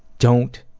don't